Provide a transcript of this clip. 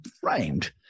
framed